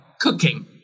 cooking